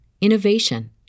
innovation